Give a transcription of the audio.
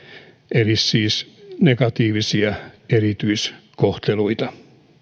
eli siis negatiivisia erityiskohteluita